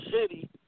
city